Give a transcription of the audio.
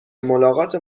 ملاقات